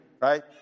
right